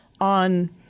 on